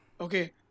Okay